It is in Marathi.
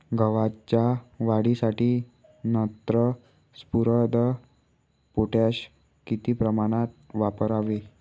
गव्हाच्या वाढीसाठी नत्र, स्फुरद, पोटॅश किती प्रमाणात वापरावे?